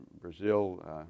Brazil